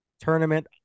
tournament